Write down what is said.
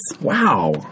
Wow